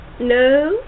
No